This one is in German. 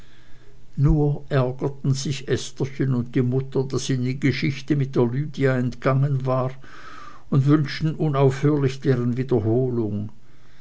nur ärgerten sich estherchen und die mutter daß ihnen die geschichte mit der lydia entgangen war und wünschten unaufhörlich deren wiederholung